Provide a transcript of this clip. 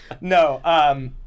No